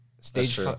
Stage